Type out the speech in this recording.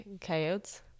Coyotes